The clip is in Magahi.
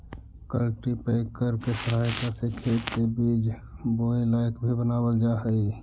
कल्टीपैकर के सहायता से खेत के बीज बोए लायक भी बनावल जा हई